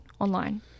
online